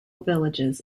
villages